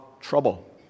trouble